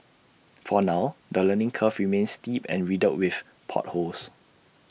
for now the learning curve remains steep and riddled with potholes